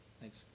Thanks